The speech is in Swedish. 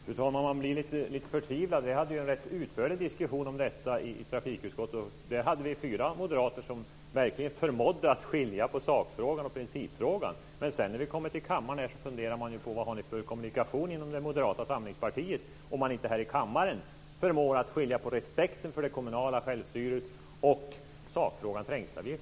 Fru talman! Jag blir lite förtvivlad. Vi hade en utförlig diskussion om detta i trafikutskottet, där det fanns fyra moderater som verkligen förmådde att skilja mellan sakfrågan och principfrågan. När man kommer hit till kammaren kan man fundera över vilken kommunikation ni har inom Moderata samlingspartiet. Kan man här i kammaren inte skilja respekten för det kommunala självstyret från sakfrågan om trängselavgifter?